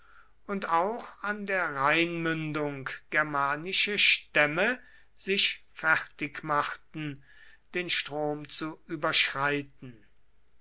und auch an der rheinmündung germanische stämme sich fertig machten den strom zu überschreiten